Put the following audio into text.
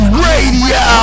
radio